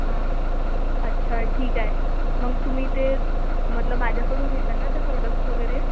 हं अच्छा य ठीक आहे मग तुम्ही ते मतलब माझ्याकडून घेणार ना ते प्रोडक्ट्स वगैरे